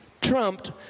trumped